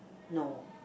no